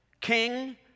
king